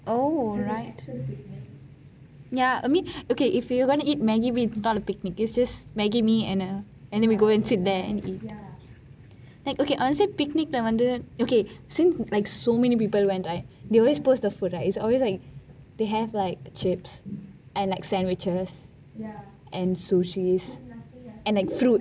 o ya I mean okay if you're going to eat maggie mee it is not a picnic it is just maggi mee and a ~ like okay honestly picnic வந்து:vanthu okay seems like so many people went right they always post the food they have like chips and like sandwiches and sushis and like fruits